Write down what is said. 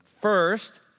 First